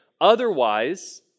Otherwise